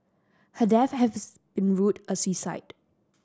her death been ruled a suicide